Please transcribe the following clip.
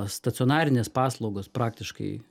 stacionarinės paslaugos praktiškai